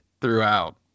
throughout